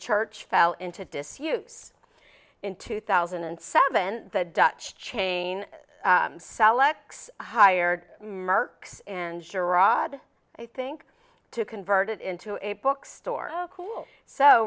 church fell into disuse in two thousand and seven the dutch chain selects hired mercs and geraud i think to convert it into a bookstore of cool so